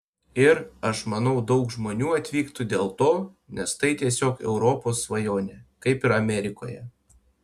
ir aš manau daug žmonių atvyktų dėl to nes tai tiesiog europos svajonė kaip ir amerikoje